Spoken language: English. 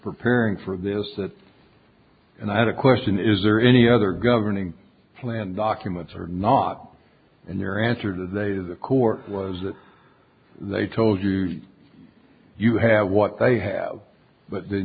preparing for this that and i had a question is there any other governing plan documents or not in your answer today the court was that they told you you had what they have but then